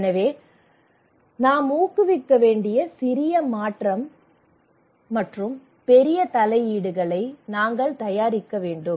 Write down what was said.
எனவே நாம் ஊக்குவிக்க வேண்டிய சிறிய மற்றும் பெரிய தலையீடுகளை நாங்கள் தயாரிக்க வேண்டும்